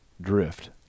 drift